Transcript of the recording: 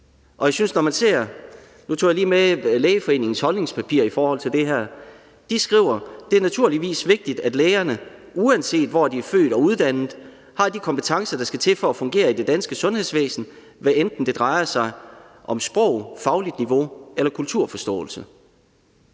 de skriver: Det er naturligvis vigtigt, at lægerne, uanset hvor de er født og uddannet, har de kompetencer, der skal til for at fungere i det danske sundhedsvæsen, hvad enten det drejer sig om sprog, fagligt niveau eller kulturforståelse.